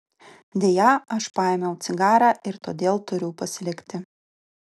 deja aš paėmiau cigarą ir todėl turiu pasilikti